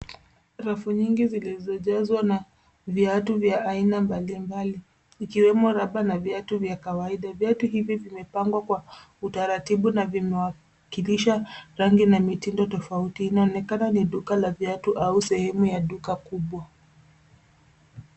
Rafu nyingi zilizojazwa na viatu vya aina mbalimbali, ikiwemo raba na viatu vya kawaida. Viatu hivi vimepangwa kwa utaratibu na vimewakilisha rangi na mitindo tofauti. Inaonekana ni duka la viatu au sehemu ya duka kubwa.